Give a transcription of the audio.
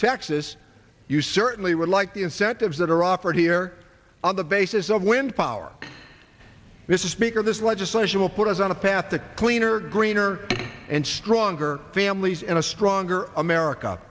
texas you certainly would like the incentives that are offered here on the basis of wind power this is bigger this legislation will put us on a path to cleaner greener and stronger families and a stronger america